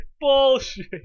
Bullshit